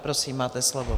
Prosím, máte slovo.